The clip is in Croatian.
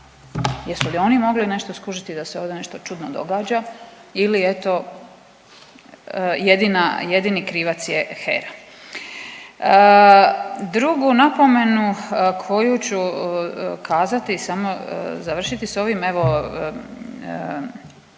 Jesu li oni mogli nešto skužiti da se ovdje nešto čudno događa ili eto jedini krivac je HERA? Drugu napomenu koju ću kazati samo završiti sa ovim evo